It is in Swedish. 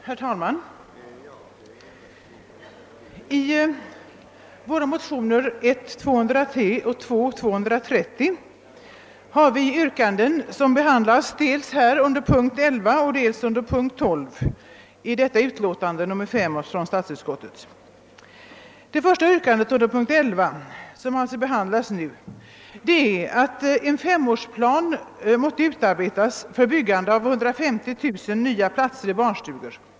Herr talman! I våra motioner I: 203 och II: 230 har vi yrkanden som behandlas dels här under punkt 11 och dels under punkt 12 i detta utlåtande, nr 5 från statsutskottet. Vårt första yrkande, som behandlas nu under punkt 11, är att en femårsplan måtte utarbetas för byggande av minst 150 000 nya platser i barnstugor.